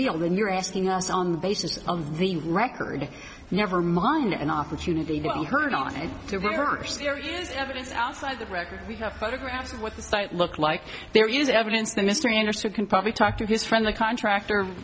deal than you're asking us on the basis of the record never mind an opportunity for her not to rehearse there is evidence outside the record we have photographs of what the site looked like there is evidence that mr anderson can probably talk to his friend a contractor